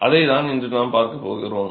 அதைத்தான் இன்று நாம் பார்க்கப்போகிறோம்